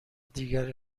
دیگر